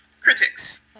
critics